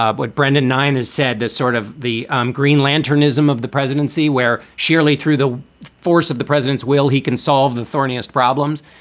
what brendan nyhan has said, that sort of the green lantern ism of the presidency, where sheerly through the force of the president's will, he can solve the thorniest problems?